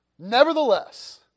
Nevertheless